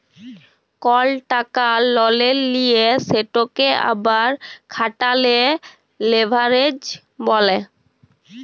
call টাকা ললে লিঁয়ে সেটকে আবার খাটালে লেভারেজ ব্যলে